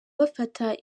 bafata